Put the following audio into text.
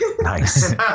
Nice